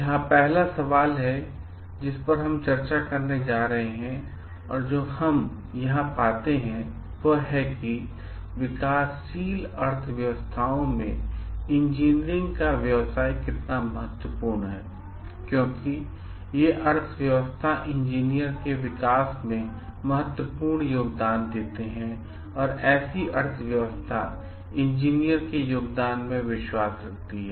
यह पहला सवाल है जिस पर हम आज चर्चा करने जा रहे हैं और जो हम यहां पाते हैं वह है कि विकासशील अर्थव्यवस्थाओं में इंजीनियरिंग का व्यवसाय कितना महत्वपूर्ण है क्योंकि वे अर्थव्यवस्था इंजीनियर के विकास में महत्वपूर्ण योगदान देते हैं और ऐसी अर्थव्यवस्था इंजीनियर के योगदान में विश्वास रखती हैं